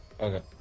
Okay